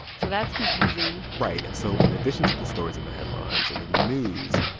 so that's confusing right. and so in addition to the stories in the headlines and in the news,